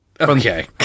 Okay